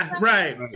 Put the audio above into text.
Right